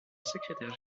secrétaire